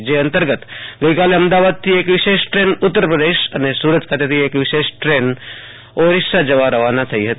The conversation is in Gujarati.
જે અતર્ગત ગઈકાલે અમદાવાદથી અક વિશેષ ટ્રેન ઉતર પ્રદેશ અને સરત ખાતેથી એક વિશેષ ટ્રન ઓડીસા જવા રવાના થઈ હતી